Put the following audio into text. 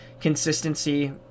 consistency